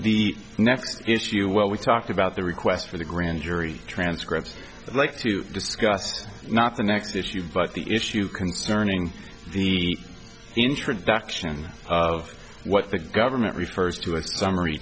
the next it's you well we talked about the request for the grand jury transcripts like to discuss not the next if you but the issue concerning the introduction of what the government refers to as summary